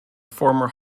former